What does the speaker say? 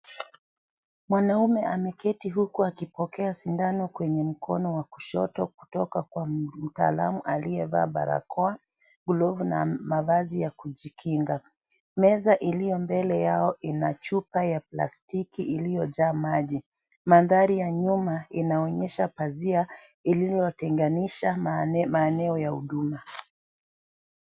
Mwanamke ameketi huku akipokea sindano kwenye mkono wa kushoto kutoka kwa mtaalamu aliyevaa barakoa, glovu na mavazi ya kujikinga. Meza iliyo mbele yao ina chupa za plastiki iliyojaa maji. Mandhari ya nyuma inaonyesha pazia iliyotenganisha maeneo ya huduma.